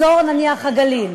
נניח, אזור הגליל,